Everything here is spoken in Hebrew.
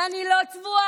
ואני לא צבועה,